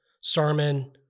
sermon